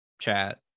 chat